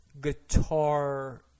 guitar